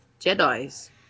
Jedi's